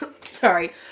Sorry